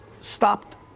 stopped